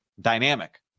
dynamic